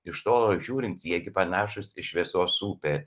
iš tolo žiūrint jie gi panašūs į šviesos upę